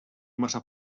massa